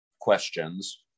questions